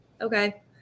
okay